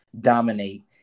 dominate